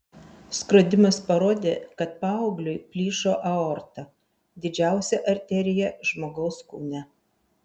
skrodimas parodė kad paaugliui plyšo aorta didžiausia arterija žmogaus kūne